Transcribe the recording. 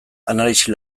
analisi